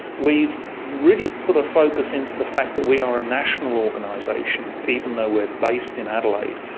we've really put a focus into the fact that we are a national organisation, even though we are based in adelaide,